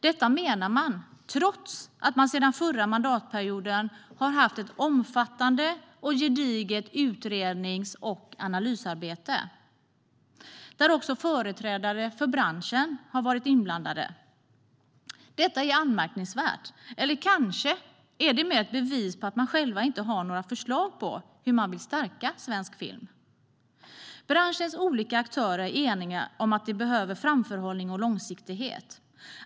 Detta menar man trots att man sedan förra mandatperioden har haft ett omfattande och gediget utrednings och analysarbete där också företrädare för branschen har varit inblandade. Detta är anmärkningsvärt. Eller kanske är det mer ett bevis på att man själv inte har några förslag på hur man vill stärka svensk film. Branschens olika aktörer är eniga om att de behöver framförhållning och långsiktighet.